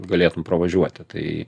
galėtum pravažiuoti tai